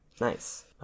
nice